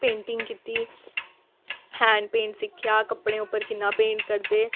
painting कीती hand paint सिक्खेआ कपड़े उप्पर कि'यां पेंट करदे